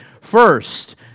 First